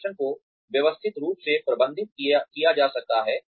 प्रदर्शन को व्यवस्थित रूप से प्रबंधित किया जा सकता है